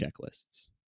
checklists